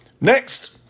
Next